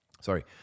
Sorry